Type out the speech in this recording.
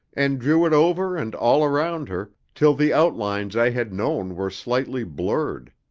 and drew it over and all around her, till the outlines i had known were slightly blurred.